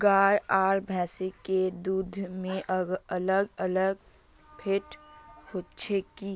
गाय आर भैंस के दूध में अलग अलग फेट होचे की?